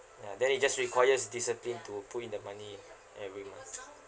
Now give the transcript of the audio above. ya then it just requires discipline to put in the money ah every month